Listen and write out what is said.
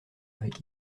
avec